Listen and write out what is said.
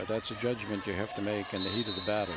that's a judgment you have to make in the heat of the battle